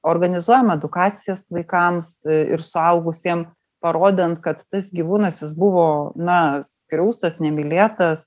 organizuojam edukacijas vaikams ir suaugusiem parodant kad tas gyvūnas jis buvo na skriaustas nemylėtas